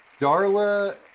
Darla